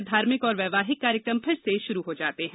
आज से धार्मिक और वैवाहिक कार्यक्रम फिर से शुरू हो जाते हैं